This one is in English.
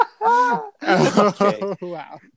wow